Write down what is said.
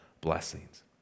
blessings